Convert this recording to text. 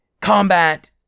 combat